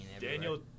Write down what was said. Daniel